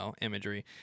imagery